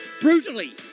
brutally